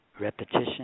repetition